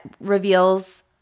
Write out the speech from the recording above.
reveals